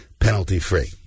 penalty-free